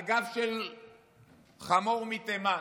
על גב של חמור מתימן,